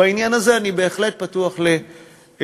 בעניין הזה אני בהחלט פתוח להצעות.